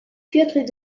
viertel